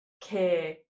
care